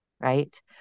right